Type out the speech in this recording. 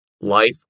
life